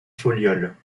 folioles